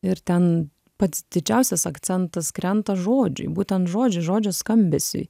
ir ten pats didžiausias akcentas krenta žodžiui būtent žodžiui žodžio skambesiui